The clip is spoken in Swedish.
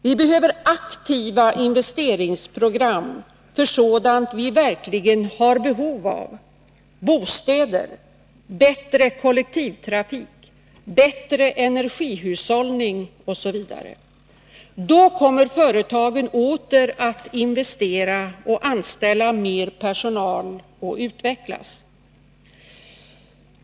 Vi behöver aktiva investeringsprogram för sådant vi verkligen har behov av: bostäder, bättre kollektivtrafik, bättre energihushållning osv. Då kommer företagen åter att investera och anställa mer personal och utvecklas.